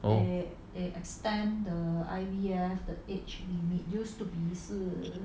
oh